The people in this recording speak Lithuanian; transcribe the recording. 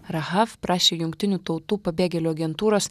rahav prašė jungtinių tautų pabėgėlių agentūros